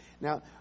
Now